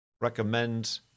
recommend